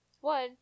one